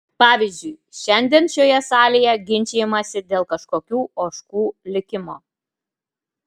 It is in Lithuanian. pavyzdžiui šiandien šioje salėje ginčijamasi dėl kažkokių ožkų likimo